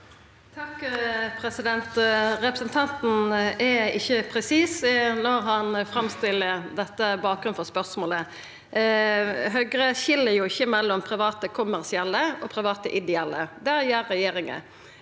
Toppe Representanten er ikkje presis når han framstiller bakgrunnen for spørsmålet. Høgre skil ikkje mellom private kommersielle og private ideelle. Det gjer regjeringa.